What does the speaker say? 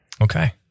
Okay